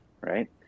Right